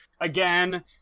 again